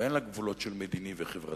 ואין לה גבולות של מדיני וחברתי.